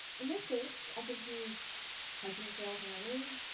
in this case, i can choose hiking trails near me,